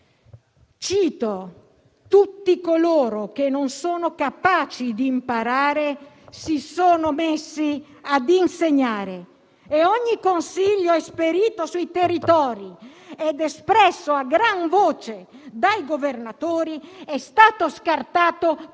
Cito tutti coloro che non sono capaci di imparare e si sono messi a insegnare, e ogni consiglio esperito sui territori ed espresso a gran voce dai governatori è stato scartato come